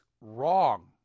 wrong